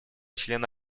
члена